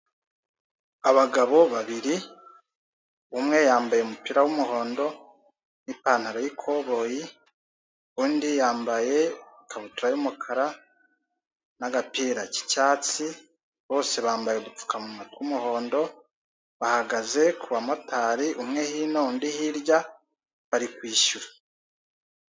Abagabo babiri, umwe yambaye umupira w'umuhondo n'ipantaro y'ikoboyi, undi yambaye ikabutura y'umukara n'agapira k'icyatsi, bose bambaye udupfukamunwa tw'umuhondo, bahagaze ku bamotari, umwe hino undi hirya bari kwishyura.